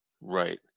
Right